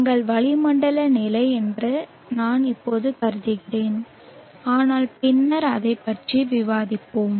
எங்கள் வளிமண்டல நிலை என்று நான் இப்போது கருதுகிறேன் ஆனால் பின்னர் அதைப் பற்றி விவாதிப்போம்